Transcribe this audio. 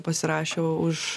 pasirašė už